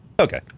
Okay